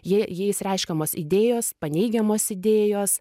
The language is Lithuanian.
jie jais reiškiamos idėjos paneigiamos idėjos